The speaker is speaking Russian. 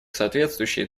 соответствующие